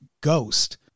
ghost